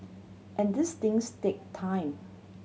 and these things take time